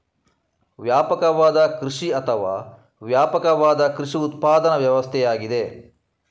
ವ್ಯಾಪಕವಾದ ಕೃಷಿ ಅಥವಾ ವ್ಯಾಪಕವಾದ ಕೃಷಿ ಉತ್ಪಾದನಾ ವ್ಯವಸ್ಥೆಯಾಗಿದೆ